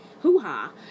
hoo-ha